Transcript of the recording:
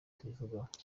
tubivugaho